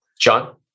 John